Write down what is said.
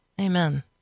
Amen